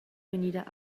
vegnida